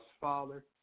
Father